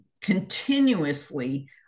continuously